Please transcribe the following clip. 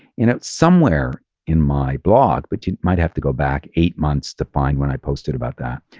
and it's somewhere in my blog, but you might have to go back eight months to find when i posted about that.